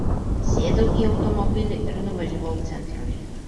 sėdau į automobilį ir nuvažiavau centro link